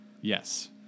yes